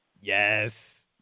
Yes